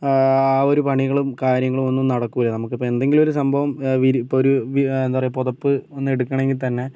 ആ ഒരു പണികളും കാര്യങ്ങളും ഒന്നും നടക്കില്ല നമ്മക്ക് ഇപ്പം എന്തെങ്കിലും ഒരു സംഭവം ഇപ്പം ഒരു എന്താ പറയുക പുതപ്പ് ഒന്ന് എടുക്കണമെങ്കിൽ തന്നെ